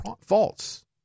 false